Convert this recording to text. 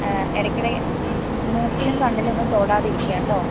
ഇടയ്ക്കിടെ മൂക്കിലും കണ്ണിലും ഒന്നും തൊടാതെ ഇരിക്കുക കെട്ടോ